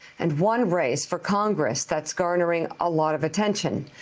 and one race for congress that's garnering a lot of attention.